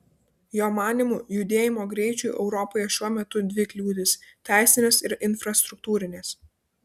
jo manymu judėjimo greičiui europoje šiuo metu dvi kliūtys teisinės ir infrastruktūrinės